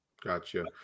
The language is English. Gotcha